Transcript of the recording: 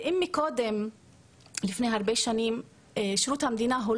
ואם מקודם לפני הרבה שנים שירות המדינה לא